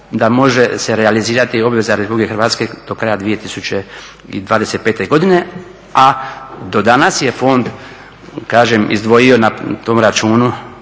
da može se realizirati obveza Republike Hrvatske do kraja 2025. godine. A do danas je fond kažem izdvojio na tom računu